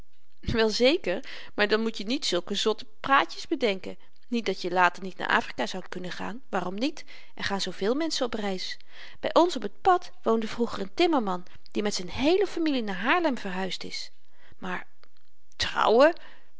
wel zeker maar dan moet je niet zulke zotte praatjes bedenken niet dat je later niet naar afrika zoudt kunnen gaan waarom niet er gaan zooveel menschen op reis by ons op t pad woonde vroeger n timmerman die met z'n heele familie naar haarlem verhuisd is maar trouwen